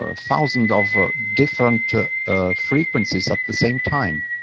ah thousands of ah different ah ah frequencies at the same time.